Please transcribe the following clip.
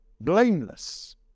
Blameless